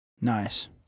Nice